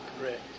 Correct